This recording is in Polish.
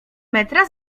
metra